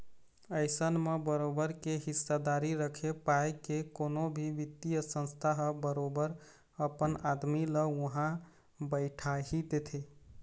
अइसन म बरोबर के हिस्सादारी रखे पाय के कोनो भी बित्तीय संस्था ह बरोबर अपन आदमी ल उहाँ बइठाही देथे